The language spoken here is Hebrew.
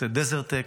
ה-DesertTech,